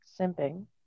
simping